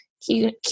keep